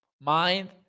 mind